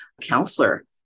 counselor